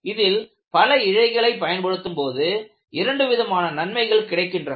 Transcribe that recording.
இதில் பல இழைகளை பயன்படுத்தும் போது இரண்டு விதமான நன்மைகள் கிடைக்கின்றன